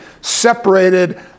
separated